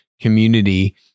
community